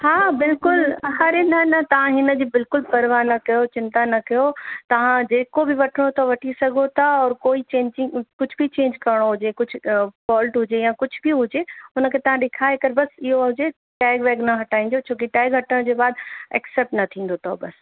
हा बिल्कुलु अड़े न न तव्हां हिनजी बिल्कुलु परवाह न कयो चिंता न कयो तव्हां जेको बि वठिणो अथव वठी सघो था और कोई चेंचिंग कुझु बि चेंज करिणो हुजे कुझु फॉल्ट हुजे जीअं कुझु बि हुजे हुनखे तव्हां ॾेखारे करे बसि इहो हुजे टैग वैग न हटाइजो छो कि टैग हटण जे बाद एक्सेप्ट न थींदो अथव